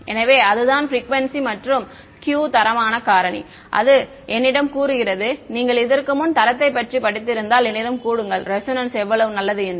எனவே அதுதான் ப்ரிக்குவேன்சி மற்றும் Q தரமான காரணி அது என்னிடம் கூறுகிறது நீங்கள் இதற்கு முன் தரத்தை பற்றி படித்திருந்தால் என்னிடம் கூறுங்கள் ரெசோனன்ஸ் எவ்வளவு நல்லது என்று